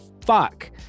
fuck